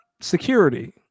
security